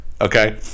okay